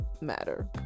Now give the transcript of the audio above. matter